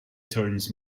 turns